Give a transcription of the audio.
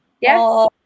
yes